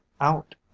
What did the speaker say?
out